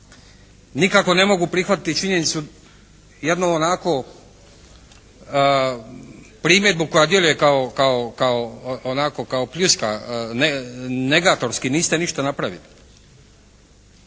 nikako ne mogu prihvatiti činjenicu, jednu onako primjedbu koja djeluje kao pljuska, negatorski, niste ništa napravili.